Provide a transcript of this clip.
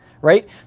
right